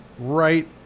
Right